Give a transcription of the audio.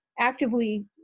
actively